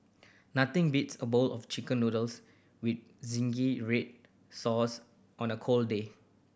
nothing beats a bowl of Chicken Noodles with zingy red sauce on a cold day